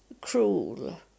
cruel